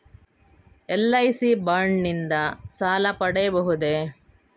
LIC bond ನಿಂದ ಸಾಲ ಪಡೆಯಬಹುದೇ?